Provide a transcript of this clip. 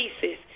pieces